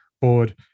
board